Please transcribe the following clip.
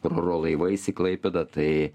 ro laivais į klaipėdą tai